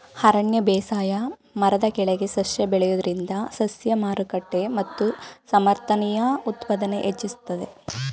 ಅರಣ್ಯ ಬೇಸಾಯ ಮರದ ಕೆಳಗೆ ಸಸ್ಯ ಬೆಳೆಯೋದ್ರಿಂದ ಸಸ್ಯ ಮಾರುಕಟ್ಟೆ ಮತ್ತು ಸಮರ್ಥನೀಯ ಉತ್ಪಾದನೆ ಹೆಚ್ಚಿಸ್ತದೆ